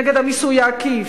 נגד המיסוי העקיף,